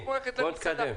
כמו ללכת למסעדה.